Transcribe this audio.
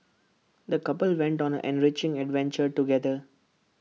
the couple went on an enriching adventure together